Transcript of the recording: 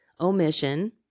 omission